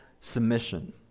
submission